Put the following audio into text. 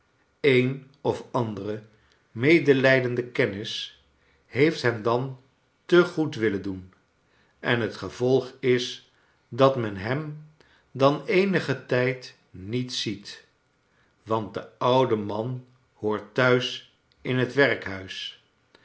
een of andere medelij deride kennis heeft hem dan te goed willen doen en het gevolg is dat men hem dan eenigen tijd niet ziet want de oude man hoort thuis in het